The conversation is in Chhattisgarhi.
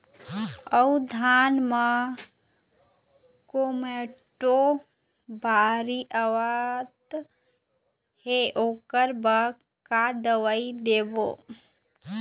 अऊ धान म कोमटो बाली आवत हे ओकर बर का दवई देबो?